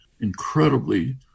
incredibly